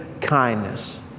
kindness